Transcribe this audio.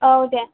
आव दे